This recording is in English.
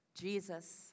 Jesus